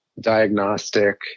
diagnostic